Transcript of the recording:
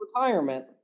retirement